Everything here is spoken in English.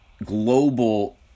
global